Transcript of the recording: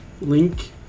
link